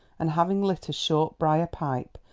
and, having lit a short briar pipe,